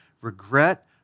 regret